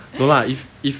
no lah if if